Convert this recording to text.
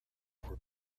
were